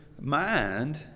mind